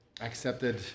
accepted